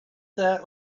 that